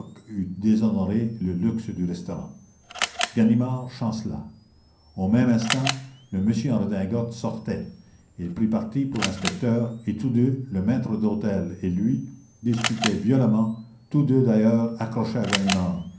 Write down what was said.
déshonoré le luxe du restaurant ganimard chancela au même instant le monsieur en redingote sortait il prit parti pour l'inspecteur et tous deux le maître d'hôtel et lui disputaient violemment tous deux d'ailleurs accrochés à ganimard